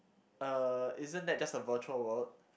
uh isn't that just a virtual world